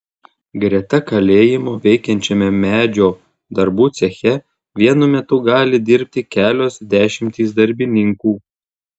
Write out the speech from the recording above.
greta kalėjimo veikiančiame medžio darbų ceche vienu metu gali dirbti kelios dešimtys darbininkų